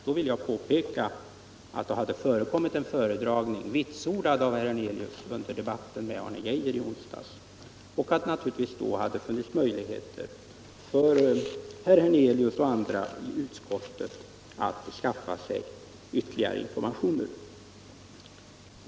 Jag vill här påpeka att det har förekommit en föredragning — vilket också vitsordades av herr Hernelius under debatten med Arne Geijer i onsdags — och då hade det naturligtvis varit möjligt för herr Hernelius och andra i utskottet att skaffa sig ytterligare informationer.